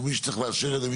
או מי שצריך לאשר את זה,